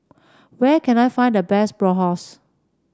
where can I find the best Bratwurst